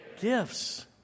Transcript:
gifts